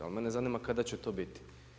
Ali mene zanima kada će to biti?